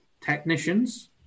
technicians